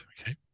Okay